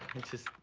it's just,